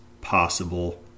possible